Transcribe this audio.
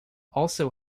also